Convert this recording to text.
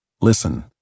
Listen